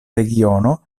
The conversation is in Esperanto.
regiono